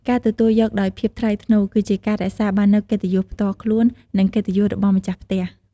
ការទទួលយកដោយភាពថ្លៃថ្នូរ គឺជាការរក្សាបាននូវកិត្តិយសផ្ទាល់ខ្លួន និងកិត្តិយសរបស់ម្ចាស់ផ្ទះ។